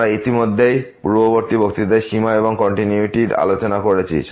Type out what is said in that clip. আমরা ইতিমধ্যে পূর্ববর্তী বক্তৃতার সীমা এবং কন্টিনিউয়িটি য় আলোচনা করেছি